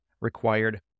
required